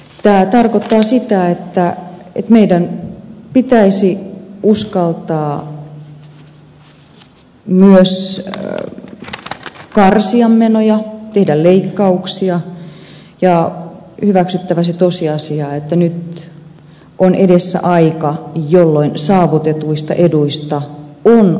tämä tarkoittaa sitä että meidän pitäisi uskaltaa myös karsia menoja tehdä leikkauksia ja on hyväksyttävä se tosiasia että nyt on edessä aika jolloin saavutetuista eduista on luovuttava